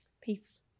Peace